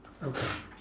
okay